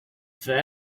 for